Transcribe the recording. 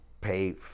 pay